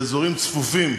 באזורים צפופים,